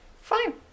Fine